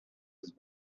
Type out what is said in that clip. his